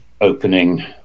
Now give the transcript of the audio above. opening